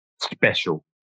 special